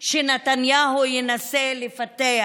שנתניהו ינסה לפתח